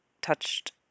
touched